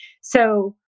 So-